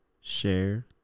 share